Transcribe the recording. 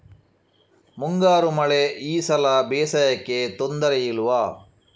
ಮುಂಗಾರು ಮಳೆ ಈ ಸಲ ಬೇಸಾಯಕ್ಕೆ ತೊಂದರೆ ಇಲ್ವ?